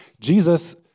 Jesus